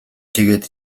тэгээд